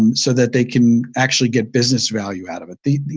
um so that they can actually get business value out of it?